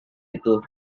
itu